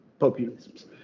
populisms